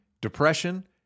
depression